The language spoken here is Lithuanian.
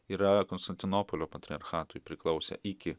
yra konstantinopolio patriarchatui priklausę iki